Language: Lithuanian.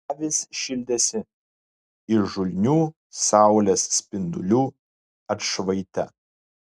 avys šildėsi įžulnių saulės spindulių atšvaite